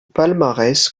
palmarès